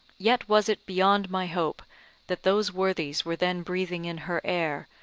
yet was it beyond my hope that those worthies were then breathing in her air,